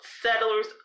Settlers